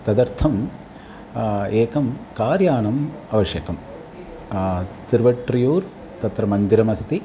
तदर्थं एकं कार्यानम् आवश्यकम् तिरुवट्र्युर् तत्र मन्दिरम् अस्ति